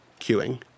queuing